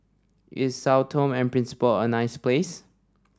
is Sao Tome and Principe a nice place